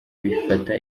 bifata